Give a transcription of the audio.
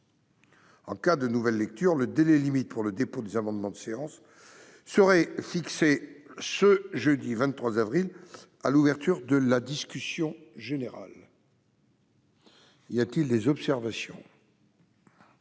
En cas de nouvelle lecture, le délai limite pour le dépôt des amendements de séance serait fixé au jeudi 23 avril à l'ouverture de la discussion générale. Y a-t-il des observations ?